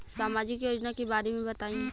सामाजिक योजना के बारे में बताईं?